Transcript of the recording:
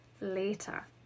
later